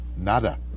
Nada